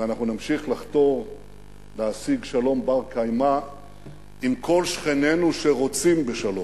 ואנחנו נמשיך לחתור להשיג שלום בר-קיימא עם כל שכנינו שרוצים בשלום.